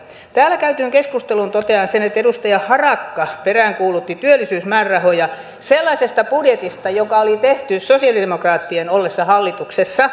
täällä käytyyn keskusteluun totean sen että edustaja harakka peräänkuulutti työllisyysmäärärahoja sellaisesta budjetista joka oli tehty sosialidemokraattien ollessa hallituksessa